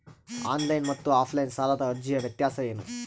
Online ಮತ್ತು offline ಸಾಲದ ಅರ್ಜಿಯ ವ್ಯತ್ಯಾಸ ಏನು?